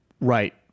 right